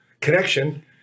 connection